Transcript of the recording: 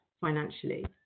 financially